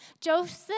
Joseph